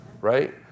right